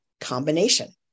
combination